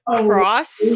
Cross